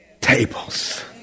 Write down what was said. tables